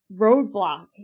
roadblock